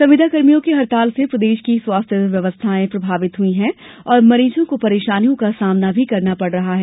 संविदा कर्मियों की हड़ताल से प्रदेश की स्वास्थ्य व्यवस्थाएं प्रभावित हुई है और मरीजों को परेशानियों का सामना करना पड़ रहा है